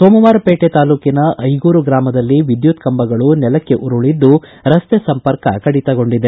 ಸೋಮವಾರ ಪೇಟೆ ತಾಲೂಕಿನ ಐಗೂರು ಗ್ರಾಮದಲ್ಲಿ ವಿದ್ಯುತ್ ಕಂಬಗಳು ನೆಲಕ್ಕೆ ಉರುಳಿದ್ದು ರಸ್ತೆ ಸಂಪರ್ಕ ಕಡಿತಗೊಂಡಿದೆ